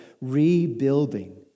rebuilding